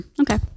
Okay